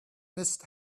miss